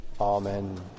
Amen